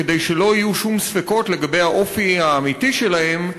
כדי שלא יהיו שום ספקות לגבי האופי האמיתי שלהם,